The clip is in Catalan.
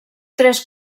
tres